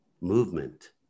movement